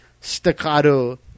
staccato